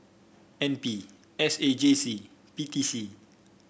N P S A J C P T C